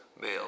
male